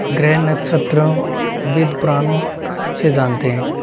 ग्रह नक्षत्रों वेद पुराणों से जानते हैं